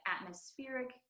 atmospheric